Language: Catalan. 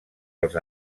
els